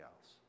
else